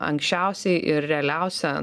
anksčiausiai ir realiausią